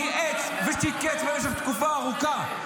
ניאץ ושיקץ במשך תקופה ארוכה.